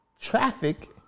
traffic